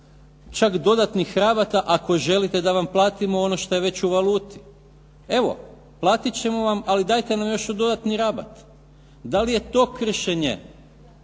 čak dodatnih rabata ako želite da vam platimo ono šta je već u valuti. Evo, platit ćemo vam, ali dajte nam još i dodatni rabat. Da li je to kršenje